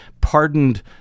pardoned